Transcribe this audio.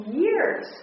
years